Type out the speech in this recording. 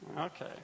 Okay